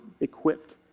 equipped